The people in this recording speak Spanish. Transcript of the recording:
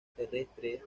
terrestre